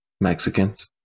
mexicans